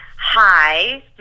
hi